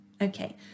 Okay